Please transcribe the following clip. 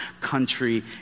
country